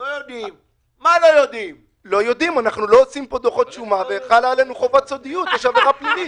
לא דיברנו על זה בישיבה הקודמת,